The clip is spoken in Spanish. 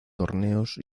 torneos